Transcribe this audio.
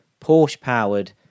Porsche-powered